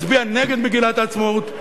מצביע נגד מגילת העצמאות,